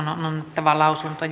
annettava lausunto